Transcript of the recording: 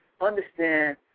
understand